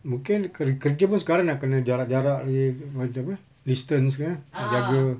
mungkin ker~ kerja pun sekarang nak kena jarak jarak lagi apa tu apa distance kan nak jaga